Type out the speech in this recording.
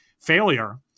failure